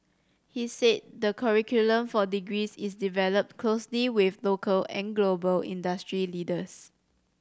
he said the curriculum for degrees is developed closely with local and global industry leaders